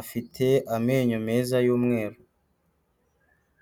afite amenyo meza y'umweru.